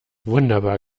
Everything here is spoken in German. wunderbar